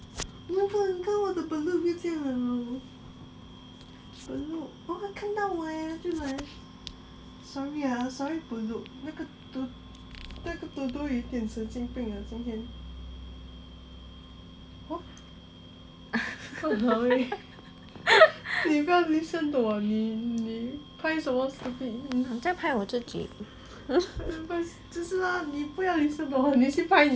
我再拍我自己